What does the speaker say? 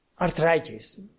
arthritis